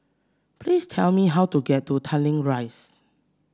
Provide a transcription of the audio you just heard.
please tell me how to get to Tanglin Rise